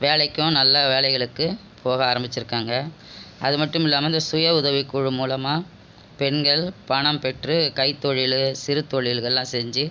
வேலைக்கு நல்ல வேலைகளுக்கு போக ஆரமிச்சிருக்காங்க அது மட்டும் இல்லாமல் இந்து சுய உதவி குழு மூலமா பெண்கள் பணம் பெற்று கைத்தொழில் சிறு தொழில்கள்லாம் செஞ்சு